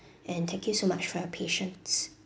and thank you so much for your patience